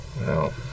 No